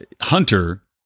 Hunter